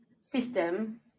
system